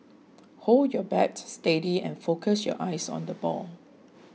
hold your bat steady and focus your eyes on the ball